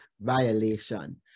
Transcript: violation